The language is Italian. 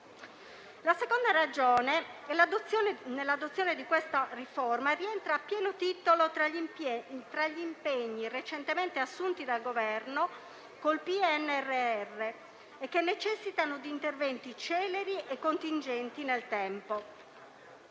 La seconda ragione dell'adozione di questa riforma rientra a pieno titolo tra gli impegni recentemente assunti dal Governo con il PNRR e che necessitano di interventi celeri e contingenti nel tempo.